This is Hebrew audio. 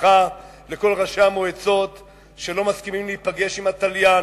ברכה לכל ראשי המועצות שלא מסכימים להיפגש עם התליין,